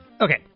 Okay